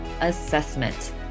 assessment